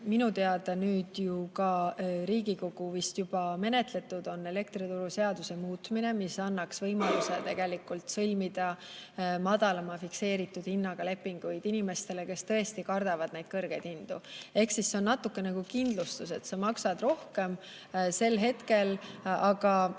minu teada Riigikogul vist juba menetletud, on elektrituruseaduse muutmine, mis annaks võimaluse sõlmida madalama fikseeritud hinnaga lepingud inimestel, kes tõesti kardavad neid kõrgeid hindu. Ehk siis see on natukene nagu kindlustus: sa maksad rohkem sel hetkel, aga